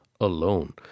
alone